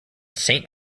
saint